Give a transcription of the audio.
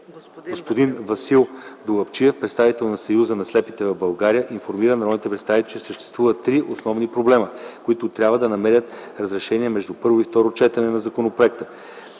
Господин Васил Долапчиев, председател на Съюза на слепите в България информира народните представители, че съществуват три основни проблема, които трябва да намерят разрешение между първото и второто четене на законопроекта